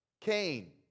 Cain